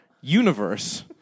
universe